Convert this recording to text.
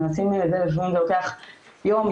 מנסים --- יום,